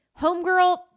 Homegirl